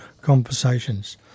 conversations